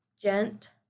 Gent